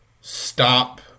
stop